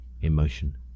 emotion